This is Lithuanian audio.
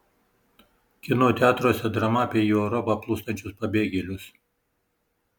kino teatruose drama apie į europą plūstančius pabėgėlius